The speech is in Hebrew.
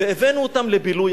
והבאנו אותם לבילוי,